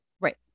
Right